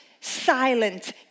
silent